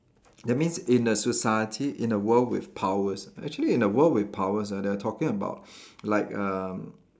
that means in a society in a world with powers actually in a world with powers ah they are talking about like um